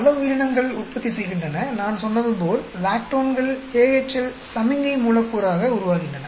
பல உயிரினங்கள் உற்பத்தி செய்கின்றன நான் சொன்னது போல் லாக்டோன்கள் AHL சமிக்ஞை மூலக்கூறாக உருவாகின்றன